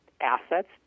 assets